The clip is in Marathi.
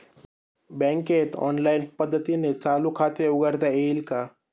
बँकेत ऑनलाईन पद्धतीने चालू खाते उघडता येईल का?